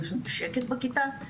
הם יושבים בשקט בכיתה,